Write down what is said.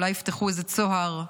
אולי יפתחו איזה צוהר,